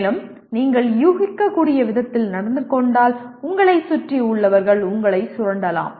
மேலும் நீங்கள் யூகிக்கக்கூடிய விதத்தில் நடந்து கொண்டால் உங்களை சுற்றி உள்ளார்கள் உங்களை சுரண்டலாம்